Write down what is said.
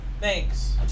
Thanks